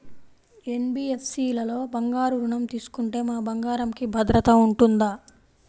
NBFC లలో బంగారు ఋణం తీసుకుంటే మా బంగారంకి భద్రత ఉంటుందా?